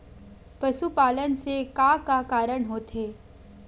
पशुपालन से का का कारण होथे?